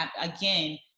Again